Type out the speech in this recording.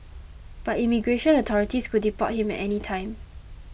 but immigration authorities could deport him at any time